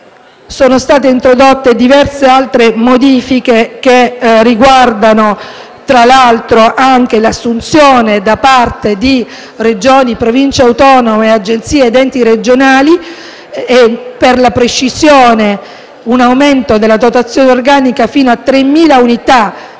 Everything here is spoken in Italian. Sono state introdotte diverse altre modifiche che riguardano le assunzioni da parte di Regioni, Province autonome, agenzie ed enti regionali: per la precisione, un aumento della dotazione organica fino a 3.000 unità